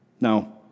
Now